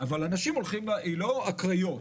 היא לא הקריות,